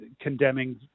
condemning